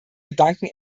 gedanken